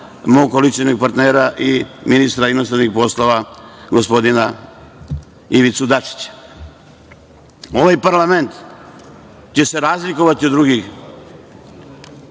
mog koalicionog partnera i ministra inostranih poslova, gospodina Ivicu Dačića. Ovaj parlament će se razlikovati od drugih